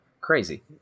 crazy